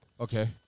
Okay